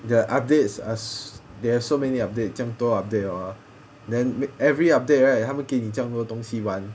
the updates are s~ they have so many update 这样多 update orh then every update right 他们给你这样东西玩